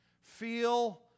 feel